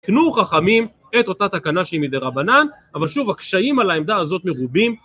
תקנו חכמים את אותה תקנה שהיא מדרבנן, אבל שוב הקשיים על העמדה הזאת מרובים